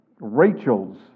Rachel's